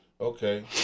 Okay